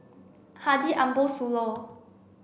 Haji Ambo Sooloh